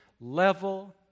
level